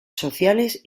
sociales